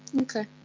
Okay